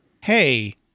hey